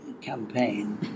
campaign